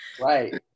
Right